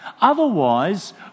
Otherwise